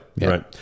right